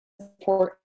support